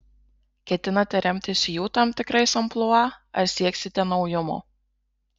ketinate remtis jų tam tikrais amplua ar sieksite naujumo